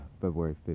February